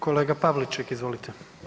Kolega Pavliček, izvolite.